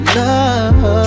love